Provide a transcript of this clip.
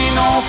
no